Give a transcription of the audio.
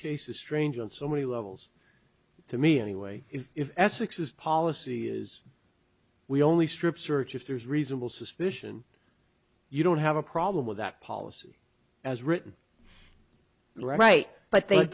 case is strange on so many levels to me anyway if essex is policy is we only strip search if there's reasonable suspicion you don't have a problem with that policy as written right but they